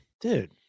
dude